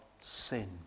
sin